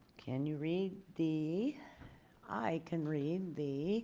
can you read the i can read the